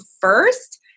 first